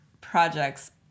projects